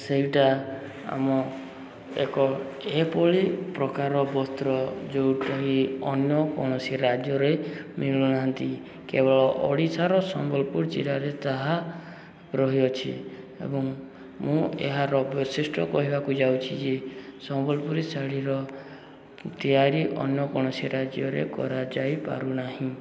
ସେଇଟା ଆମ ଏକ ଏପଳି ପ୍ରକାର ବସ୍ତ୍ର ଯେଉଁଟାକି ଅନ୍ୟ କୌଣସି ରାଜ୍ୟରେ ମିଳୁନାହାନ୍ତି କେବଳ ଓଡ଼ିଶାର ସମ୍ବଲପୁର ଜିଲ୍ଲାରେ ତାହା ରହିଅଛି ଏବଂ ମୁଁ ଏହାର ବିଶିଷ୍ଟ କହିବାକୁ ଯାଉଛି ଯେ ସମ୍ବଲପୁରୀ ଶାଢ଼ୀର ତିଆରି ଅନ୍ୟ କୌଣସି ରାଜ୍ୟରେ କରାଯାଇପାରୁନାହିଁ